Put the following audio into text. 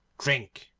drink,